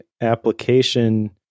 application